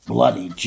Bloody